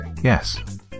Yes